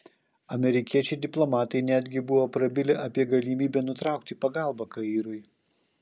amerikiečiai diplomatai netgi buvo prabilę apie galimybę nutraukti pagalbą kairui